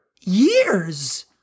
years